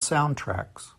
soundtracks